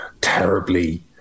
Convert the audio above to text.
terribly